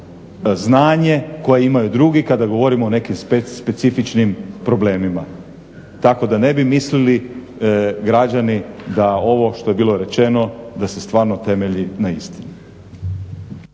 znanje koje imaju drugi kada govorimo o nekim specifičnim problemima. Tako da ne bi mislili građani da ovo što je bilo rečeno da se stvarno temelji na istini.